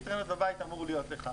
אינטרנט בבית אמור להיות לך,